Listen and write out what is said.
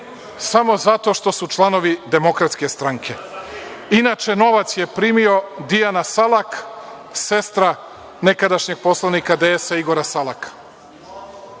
samo zato što su članovi Demokratske stranke. Inače, novac je primio Dijana Salak, sestra nekadašnjeg poslanika DS-a Igora Salaka